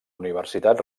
universitat